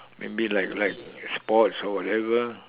maybe like like sports or whatever